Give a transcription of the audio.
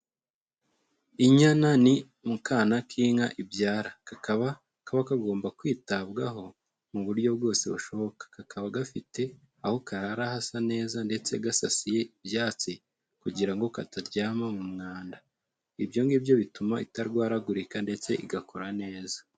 Inyana ni mu kana k'inka ibyara. Kakaba kagomba kwitabwaho mu buryo bwose bushoboka. Kakaba gafite aho karara hasa neza, ndetse gasasiye ibyatsi kugira ngo kataryama mu mwanda. Ibyo ngibyo bituma itarwaragurika ndetse igakura neza.